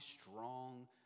strong